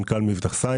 מנכ"ל מבטח-סימון.